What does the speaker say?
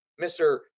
Mr